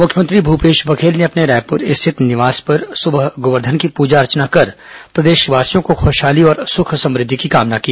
मुख्यमंत्री भूपेश बघेल ने अपने रायपुर स्थित निवास में सुबह गोवर्धन की पूजा अर्चना कर प्रदेशवासियों की खुशहाली और सुख समृद्धि की कामना की